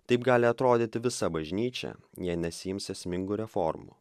taip gali atrodyti visa bažnyčia jei nesiims esmingų reformų